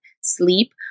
sleep